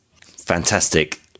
Fantastic